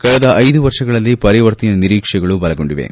ಕಳೆದ ಐದು ವರ್ಷಗಳಲ್ಲಿ ಪರಿವರ್ತನೆಯ ನಿರೀಕ್ಷೆಗಳು ಬಲಗೊಂಡಿವೆ